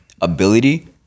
ability